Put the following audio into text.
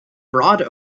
broad